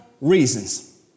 reasons